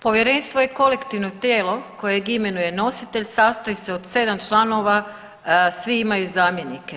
Povjerenstvo je kolektivno tijelo kojeg imenuje nositelj, sastoji se od sedam članova, svi imaju zamjenike.